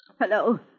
Hello